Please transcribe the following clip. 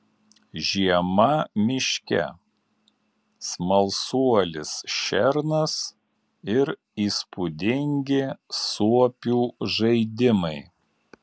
žiema miške smalsuolis šernas ir įspūdingi suopių žaidimai